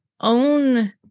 own